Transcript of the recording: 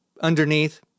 Underneath